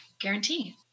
guarantee